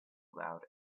loud